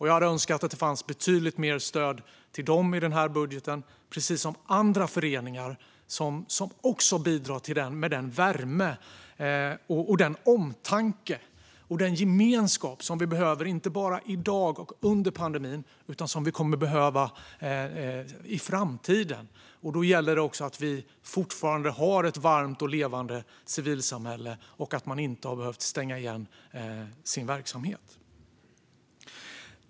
Jag hade önskat att det fanns betydligt mer stöd till dem i den här budgeten precis som till andra föreningar som också bidrar med den värme, den omtanke och den gemenskap som vi behöver inte bara i dag och under pandemin utan som vi kommer att behöva i framtiden. Då gäller det att vi fortfarande har ett varmt och levande civilsamhälle och att man inte har behövt stänga igen sin verksamhet.